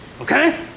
Okay